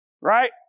right